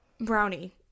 brownie